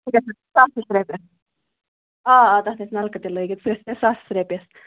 سُہ گژھِ سَتھ ساس رۄپیَس آ آ تَتھ ٲسۍ نَلکہٕ تہِ لٲگِتھ سُہ گژھِ مےٚ ساس رۄپیَس